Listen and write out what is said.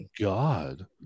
god